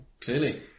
Clearly